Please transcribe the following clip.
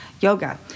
Yoga